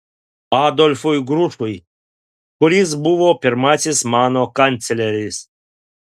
adolfui grušui kuris buvo pirmasis mano kancleris